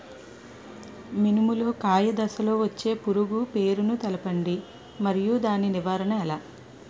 మినుము లో కాయ దశలో వచ్చే పురుగు పేరును తెలపండి? మరియు దాని నివారణ ఎలా?